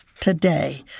today